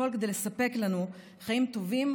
שניהם,